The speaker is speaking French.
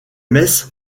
messes